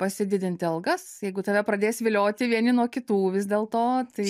pasididinti algas jeigu tave pradės vilioti vieni nuo kitų vis dėlto tai